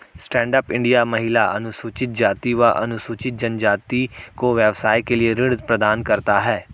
stand up India महिला, अनुसूचित जाति व अनुसूचित जनजाति को व्यवसाय के लिए ऋण प्रदान करता है